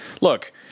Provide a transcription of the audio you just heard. look